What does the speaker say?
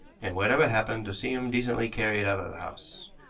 and, whatever happened, to see him decently carried out of the house.